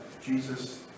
Jesus